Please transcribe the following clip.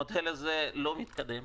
המודל הזה לא מתקדם.